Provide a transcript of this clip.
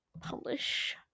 publish